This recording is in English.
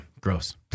gross